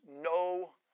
no